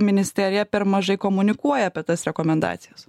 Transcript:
ministerija per mažai komunikuoja apie tas rekomendacijas